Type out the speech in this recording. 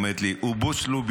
היא אומרת לי (אומר במרוקאית ומתרגם)